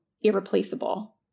irreplaceable